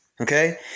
Okay